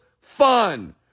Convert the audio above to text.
fun